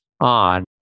on